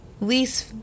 least